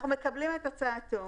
אנחנו מקבלים את הצעתו,